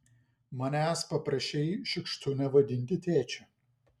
manęs paprašei šiukštu nevadinti tėčiu